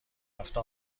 هفته